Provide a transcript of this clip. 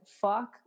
fuck